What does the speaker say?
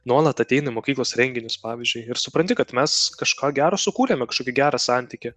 nuolat ateina į mokyklos renginius pavyzdžiui ir supranti kad mes kažką gero sukūrėme kažkokį gerą santykį